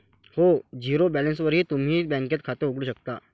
हो, झिरो बॅलन्सवरही तुम्ही बँकेत खातं उघडू शकता